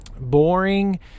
boring